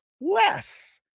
less